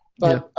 but